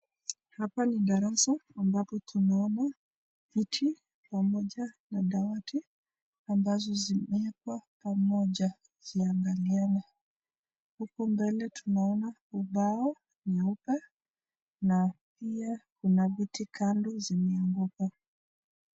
Hapa ni darasa ambapo tumeona viti pamoja na dawati ambazo zimewekwa pamoja ziangaliane. Huko mbele tunaona ubao nyeupe na pia kuna viti kando zimeanguka.